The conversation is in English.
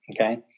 Okay